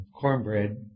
cornbread